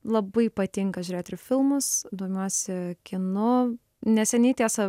labai patinka žiūrėt ir filmus domiuosi kinu neseniai tiesa